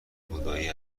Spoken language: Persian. بودایی